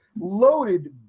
loaded